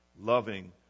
loving